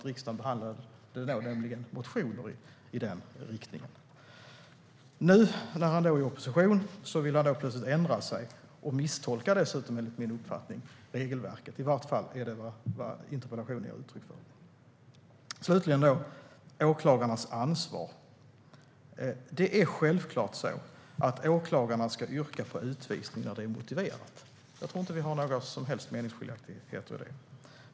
Riksdagen behandlade nämligen motioner i den riktningen. När han nu är i opposition ändrar han sig plötsligt och misstolkar dessutom, enligt min uppfattning, regelverket. I varje fall är det vad interpellationen ger uttryck för. Slutligen vill jag säga något om åklagarnas ansvar. Åklagarna ska självklart yrka på utvisning när det är motiverat. Jag tror inte att vi har några som helst meningsskiljaktigheter om detta.